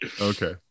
Okay